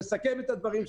לסיכום.